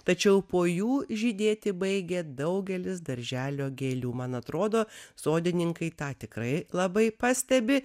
tačiau po jų žydėti baigė daugelis darželio gėlių man atrodo sodininkai tą tikrai labai pastebi